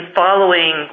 following